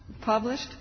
published